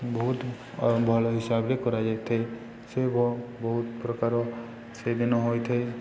ବହୁତ ଭଲ ହିସାବରେ କରାଯାଇଥାଏ ସେ ବହୁତ ପ୍ରକାର ସେଦିନ ହୋଇଥାଏ